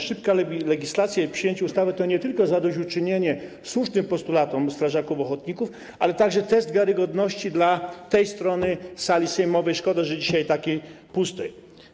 Szybka legislacja i przyjęcie ustawy to nie tylko zadośćuczynienie słusznym postulatom strażaków ochotników, ale także test wiarygodności dla tej strony sali sejmowej, szkoda że dzisiaj takiej pustej.